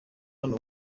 hano